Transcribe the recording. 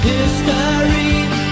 History